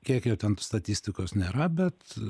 kiek jo ten statistikos nėra bet